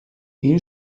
این